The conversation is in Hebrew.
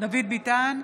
דוד ביטן,